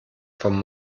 von